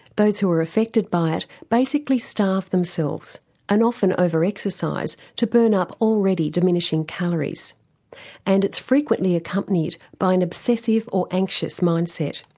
those who are affected by it basically starve themselves and often over-exercise to burn up already diminishing calories and it's frequently accompanied by an obsessive or anxious mindset.